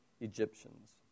Egyptians